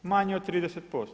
Manje od 30%